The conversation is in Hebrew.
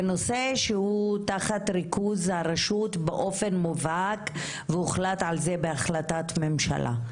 זה נושא שהוא תחת ריכוז הרשות באופן מובהק והוחלט על זה בהחלטת ממשלה.